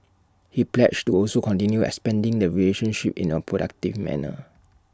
he pledged to also continue expanding the relationship in A productive manner